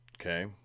Okay